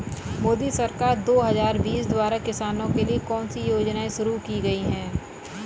मोदी सरकार दो हज़ार बीस द्वारा किसानों के लिए कौन सी योजनाएं शुरू की गई हैं?